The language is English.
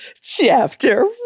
chapter